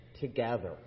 together